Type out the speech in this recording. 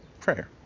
prayer